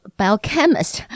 biochemist